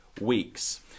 weeks